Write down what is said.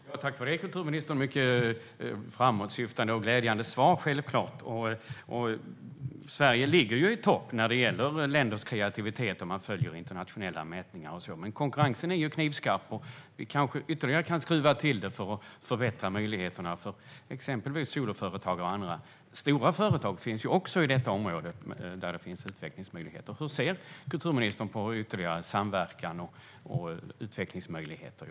Herr talman! Jag tackar självklart för det mycket framåtsyftande och glädjande svaret. Sverige ligger ju i topp när det gäller länders kreativitet i internationella mätningar och så, men konkurrensen är knivskarp. Vi kanske kan ytterligare skruva till det för att förbättra möjligheterna för exempelvis soloföretagare och andra. Det finns även stora företag på detta område där det finns utvecklingsmöjligheter. Hur ser kulturministern på ytterligare samverkan och utvecklingsmöjligheter?